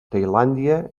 tailàndia